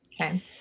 Okay